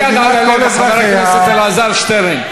שים יד על הלב, חבר הכנסת אלעזר שטרן,